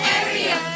area